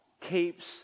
keeps